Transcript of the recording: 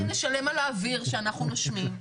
אולי גם נשלם על האוויר שאנחנו נושמים?